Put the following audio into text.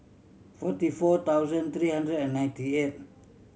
forty four thousand three hundred and ninety eight